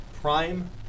prime